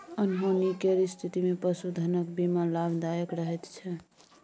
अनहोनी केर स्थितिमे पशुधनक बीमा लाभदायक रहैत छै